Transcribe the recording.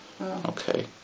Okay